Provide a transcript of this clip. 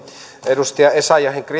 edustaja essayahin